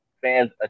fans